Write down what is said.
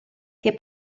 che